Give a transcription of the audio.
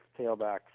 tailbacks